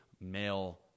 male